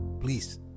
Please